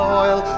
oil